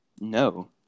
No